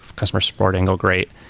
customer support angle great,